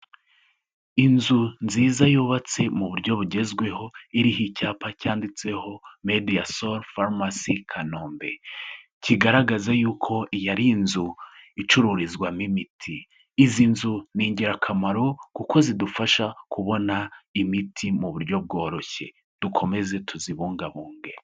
Inzu nziza yubatse mu buryo bugezweho iriho icyapa cyanditseho Mediasol Pharmacy Kanombe, kigaragaza yuko iyi ari inzu icururizwamo imiti. Izi nzu ni ingirakamaro kuko zidufasha kubona imiti mu buryo bworoshye dukomeze tuzibungabunge.